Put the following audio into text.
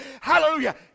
Hallelujah